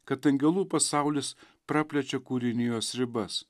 kad angelų pasaulis praplečia kūrinijos ribas